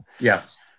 Yes